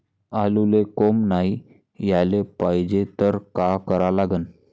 आलूले कोंब नाई याले पायजे त का करा लागन?